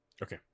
Okay